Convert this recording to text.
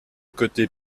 côté